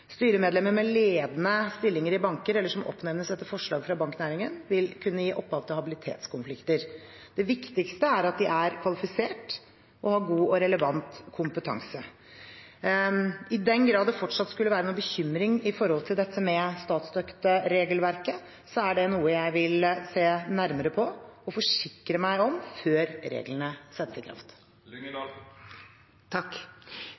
Styremedlemmer med ledende stillinger i banker eller som oppnevnes etter forslag fra banknæringen, vil kunne gi opphav til habilitetskonflikter. Det viktigste er at de er kvalifisert og har god og relevant kompetanse. I den grad det fortsatt skulle være noen bekymring når det gjelder statsstøtteregelverket, er det noe jeg vil se nærmere på og forsikre meg om før reglene settes i kraft.